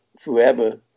forever